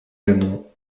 canon